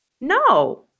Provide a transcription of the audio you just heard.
No